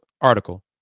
Article